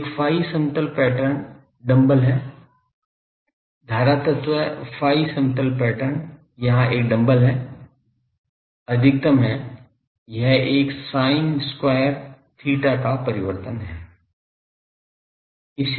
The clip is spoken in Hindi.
तो एक phi समतल पैटर्न डम्बल है धारा तत्त्व phi समतल पैटर्न यहां एक डंबल है अधिकतम है यह एक sin वर्ग theta का परिवर्तन है